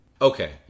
okay